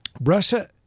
Russia